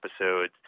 episodes